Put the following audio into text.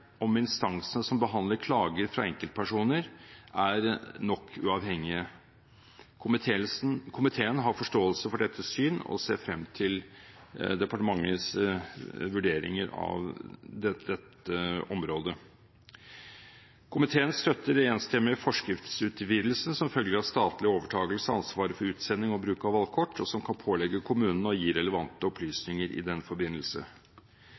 om instansene som behandler klager fra enkeltpersoner, er nok uavhengige. Komiteen har forståelse for dette syn og ser frem til departementets vurderinger av dette området. Komiteen støtter den enstemmige forskriftsutvidelsen som følge av statlig overtagelse av ansvaret for utsending og bruk av valgkort, og som kan pålegge kommunene å gi relevante opplysninger i den forbindelse.